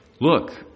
Look